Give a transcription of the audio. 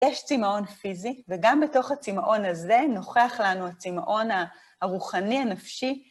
יש צמאון פיזי, וגם בתוך הצמאון הזה נוכח לנו הצמאון הרוחני, הנפשי.